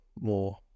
more